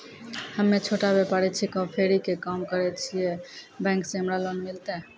हम्मे छोटा व्यपारी छिकौं, फेरी के काम करे छियै, बैंक से हमरा लोन मिलतै?